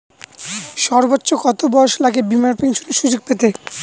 সর্বোচ্চ কত বয়স লাগে বীমার পেনশন সুযোগ পেতে?